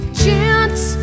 chance